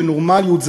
שנורמליות,